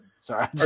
Sorry